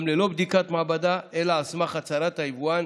ללא בדיקת מעבדה אלא על סמך הצהרת היבואן,